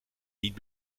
niet